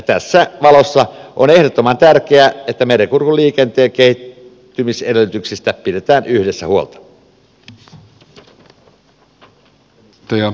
tässä valossa on ehdottoman tärkeää että merenkurkun liikenteen kehittymisedellytyksistä pidetään yhdessä huolta